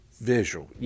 Visual